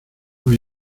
nos